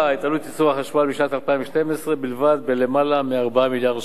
ייצור החשמל בשנת 2012 בלבד ביותר מ-4 מיליארד שקלים.